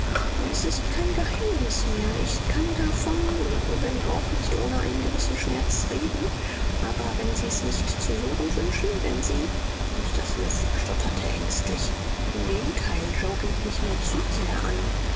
es ist kein geheimnis mehr ich kann davon wenn auch nicht ohne einen gewissen schmerz reden aber wenn sie's nicht zu hören wünschen wenn sie mr smith stotterte ängstlich im gegenteil yoe geht mich nur zu sehr an